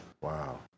Wow